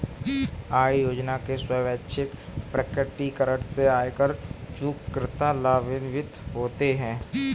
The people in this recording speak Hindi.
आय योजना के स्वैच्छिक प्रकटीकरण से आयकर चूककर्ता लाभान्वित होते हैं